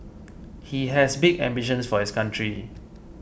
he has big ambitions for his country